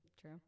True